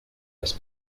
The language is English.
has